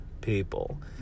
people